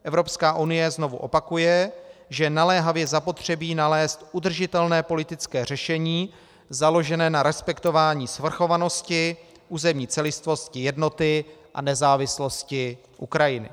Evropská unie znovu opakuje, že je naléhavě zapotřebí udržitelné politické řešení založené na respektování svrchovanosti, územní celistvosti, jednoty a nezávislosti Ukrajiny.